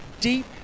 deep